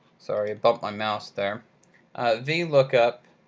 sorry about my mouse there v lookup,